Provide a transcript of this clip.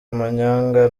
amanyanga